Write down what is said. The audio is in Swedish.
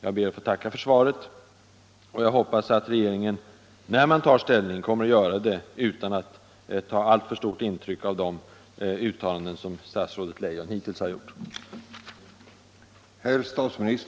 Jag ber att få tacka för svaret, och jag hoppas att regeringen, när den tar ställning, kommer att göra det utan att ta alltför stort intryck av de uttalanden som statsrådet Leijon hittills har gjort.